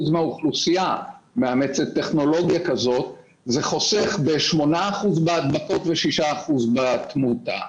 מהאוכלוסייה מאמצת טכנולוגיה זה חוסך ב-8% בהדבקות ו-6% בתמותה.